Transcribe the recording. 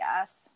yes